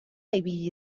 ibili